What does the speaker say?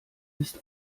ist